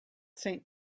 saint